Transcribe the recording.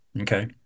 Okay